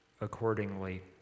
accordingly